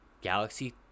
galaxy